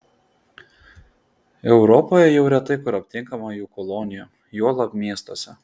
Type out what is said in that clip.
europoje jau retai kur aptinkama jų kolonijų juolab miestuose